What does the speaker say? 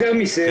יותר מזה